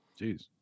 Jeez